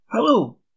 Hello